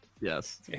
Yes